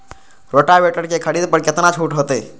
Rotavator के खरीद पर केतना छूट होते?